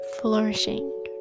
flourishing